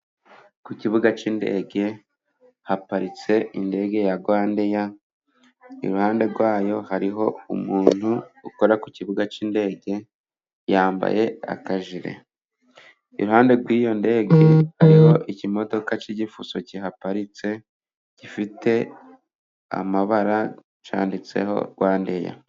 Ku kibuga cy'indege haparitse indege ya Rwandeya. Iruhande rwayo hariho umuntu ukora ku kibuga cy'indege. Yambaye akajire iruhande rw'iyo ndege, aho ikimodoka cy'igifuso giparitse gifite amabara cyanditseho Rwandeya.